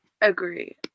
agree